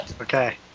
Okay